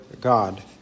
God